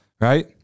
Right